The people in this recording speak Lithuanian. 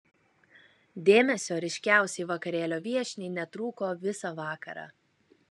dėmesio ryškiausiai vakarėlio viešniai netrūko visą vakarą